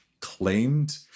Claimed